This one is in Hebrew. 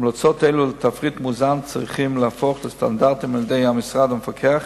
המלצות אלו לתפריט מאוזן צריכות להפוך לסטנדרטים על-ידי המשרד המפקח,